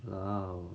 !wow!